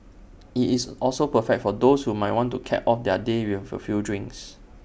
IT is also perfect for those who might want to cap off their day with A few drinks